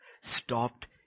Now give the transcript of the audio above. Stopped